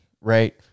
Right